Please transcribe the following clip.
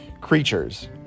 creatures